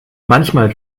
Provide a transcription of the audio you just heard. manchmal